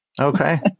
Okay